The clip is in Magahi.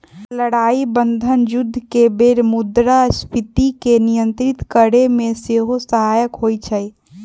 लड़ाइ बन्धन जुद्ध के बेर मुद्रास्फीति के नियंत्रित करेमे सेहो सहायक होइ छइ